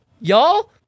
y'all